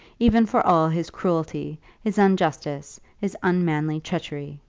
even for all his cruelty, his injustice, his unmanly treachery.